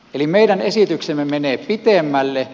eli meidän esityksemme menee pitemmälle